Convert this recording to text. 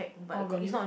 oh really